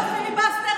עם כל הכבוד לפיליבסטר,